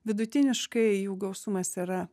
vidutiniškai jų gausumas yra